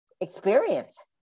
experience